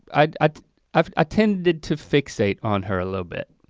i i um ah tended to fixate on her a little bit.